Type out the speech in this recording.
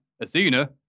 Athena